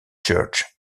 church